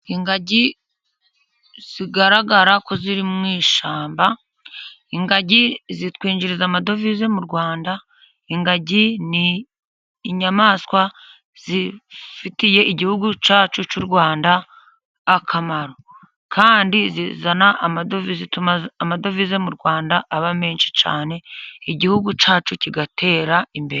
Ingagi zigaragara ko ziri mu ishyamba. Ingagi zitwinjiriza amadovize mu Rwanda. Ingagi ni inyamaswa zifitiye igihugu cyacu cy'u Rwanda akamaro, kandi zizana amadovize, zituma amadovize mu Rwanda aba menshi cyane, igihugu cyacu kigatera imbere.